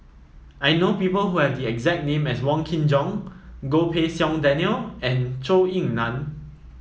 I know people who have the exact name as Wong Kin Jong Goh Pei Siong Daniel and Zhou Ying Nan